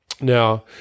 Now